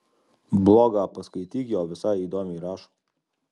blogą paskaityk jo visai įdomiai rašo